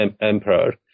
emperor